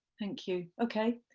thank you, ok,